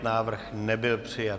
Návrh nebyl přijat.